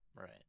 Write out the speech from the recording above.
Right